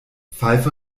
pfeife